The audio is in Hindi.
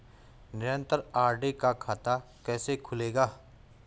निरन्तर आर.डी का खाता कैसे खुलेगा?